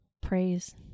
Praise